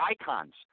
icons